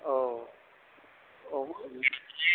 औ औ